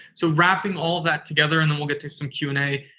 so, wrapping all that together, and then we'll get to some q and a.